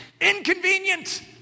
Inconvenient